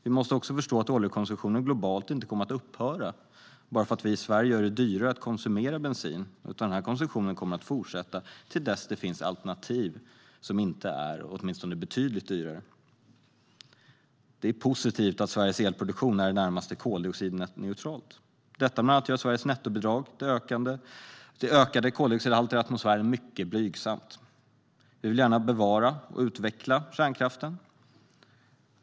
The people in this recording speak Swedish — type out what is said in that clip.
Vi måste också förstå att den globala oljekonsumtionen inte kommer att upphöra bara för att vi i Sverige gör det dyrare att konsumera bensin. Den konsumtionen kommer att fortsätta tills det finns alternativ som inte är betydligt dyrare. Det är positivt att Sveriges elproduktion är i det närmaste koldioxidneutral. Detta, bland annat, gör Sveriges nettobidrag till ökade koldioxid-halter i atmosfären mycket blygsamt. Vi vill gärna bevara och utveckla kärnkraften.